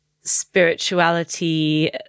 spirituality